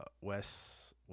Wes